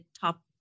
top